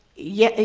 yeah,